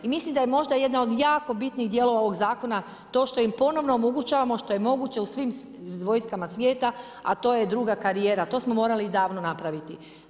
I mislim da je možda jedna od jako bitnih dijelova ovog zakona to što im ponovno omogućavamo što je moguće u svim vojskama svijeta a to je druga karijera, to smo morali davno napraviti.